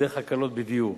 ודרך הקלות בדיור.